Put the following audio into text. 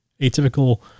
Atypical